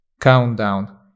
Countdown